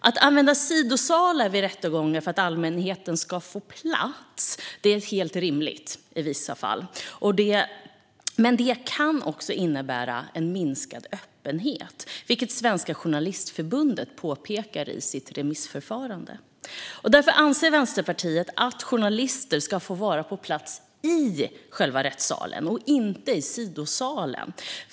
Att använda sidosalar vid rättegångar för att allmänheten ska få plats är helt rimligt i vissa fall. Men det kan också innebära minskad öppenhet, vilket Journalistförbundet påpekar i sitt remissvar. Därför anser Vänsterpartiet att journalister ska få vara på plats i själva rättssalen och inte i sidosalen.